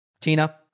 Tina